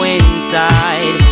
inside